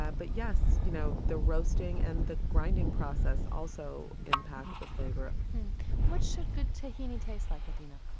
yeah but, yes, you know the roasting and the grinding process also impact the flavor what should good tahini taste like? adeena